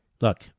Look